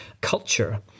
culture